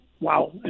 wow